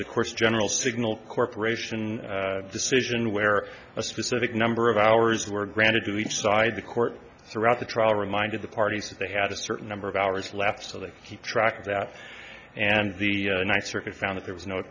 the course general signal corporation decision where a specific number of hours were granted to each side the court throughout the trial reminded the parties that they had a certain number of hours left so they keep track of that and the next circuit found that there was no